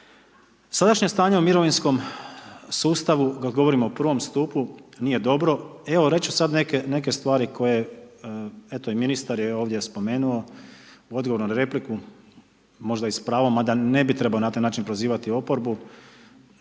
Sadašnje stanje u mirovinskom sustavu kad govorimo o prvom stupu nije dobro, evo reći ću sad neke stvari koje eto i ministar je ovdje spomenuo u odgovoru na repliku možda i s pravom mada ne bi trebao na taj način prozivati oporbu,